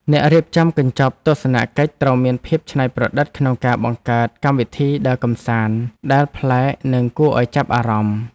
អ្នករៀបចំកញ្ចប់ទស្សនកិច្ចត្រូវមានភាពច្នៃប្រឌិតក្នុងការបង្កើតកម្មវិធីដើរកម្សាន្តដែលប្លែកនិងគួរឱ្យចាប់អារម្មណ៍។